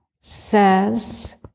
says